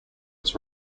its